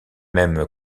même